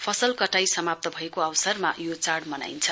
फसल कटाई समाप्त भएको अवसरमा यो चाढ मनाइन्छ